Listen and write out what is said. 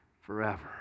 forever